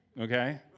Okay